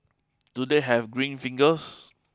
do they have green fingers